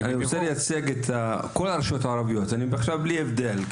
אני רוצה לייצג את כל הרשויות הערביות עכשיו בלי הבדל,